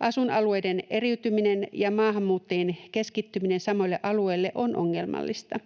Asuinalueiden eriytyminen ja maahanmuuttajien keskittyminen samoille alueille on ongelmallista.